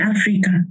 Africa